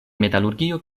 metalurgio